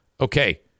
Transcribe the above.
Okay